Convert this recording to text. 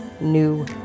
new